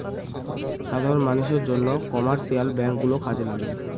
সাধারন মানষের জন্য কমার্শিয়াল ব্যাঙ্ক গুলো কাজে লাগে